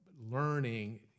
learning